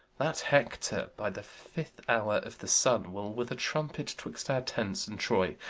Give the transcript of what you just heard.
that hector, by the fifth hour of the sun, will with a trumpet twixt our tents and troy,